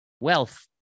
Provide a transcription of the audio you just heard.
wealth